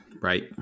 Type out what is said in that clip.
right